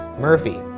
Murphy